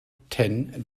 ten